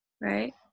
right